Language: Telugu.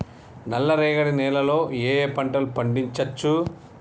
నల్లరేగడి నేల లో ఏ ఏ పంట లు పండించచ్చు?